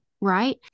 Right